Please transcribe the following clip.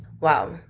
Wow